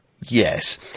Yes